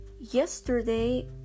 Yesterday